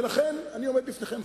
ולכן אני עומד בפניכם,